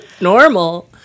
normal